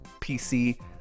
PC